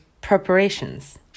preparations